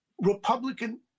Republican